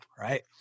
Right